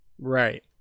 Right